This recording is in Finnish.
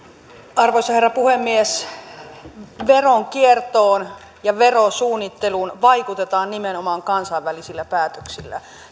arvoisa herra puhemies veronkiertoon ja verosuunnitteluun vaikutetaan nimenomaan kansainvälisillä päätöksillä